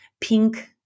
pink